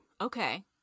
okay